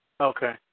Okay